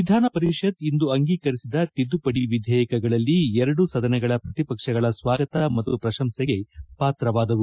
ವಿಧಾನಪರಿಷತ್ ಇಂದು ಅಂಗೀಕರಿಸಿದ ತಿದ್ದುಪಡಿ ವಿಧೇಯಕಗಳಲ್ಲಿ ಎರಡು ಸದನದ ಪ್ರತಿಪಕ್ಷಗಳ ಸ್ವಾಗತ ಮತ್ತು ಪ್ರಶಂಸೆಗೆ ಪಾತ್ರವಾದವು